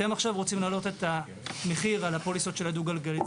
אתם עכשיו רוצים להעלות את המחיר על הפוליסות של הדו גלגלי.